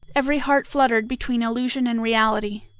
every heart fluttered between illusion and reality,